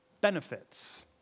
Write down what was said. benefits